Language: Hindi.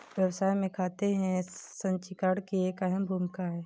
व्यवसाय में खाते का संचीकरण की एक अहम भूमिका है